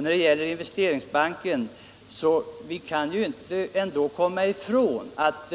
När det gäller Investeringsbanken kan vi ändå inte komma ifrån att